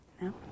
No